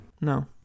no